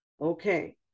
Okay